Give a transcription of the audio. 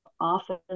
Often